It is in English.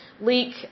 leak